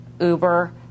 Uber